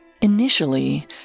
Initially